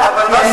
מהבדיחה.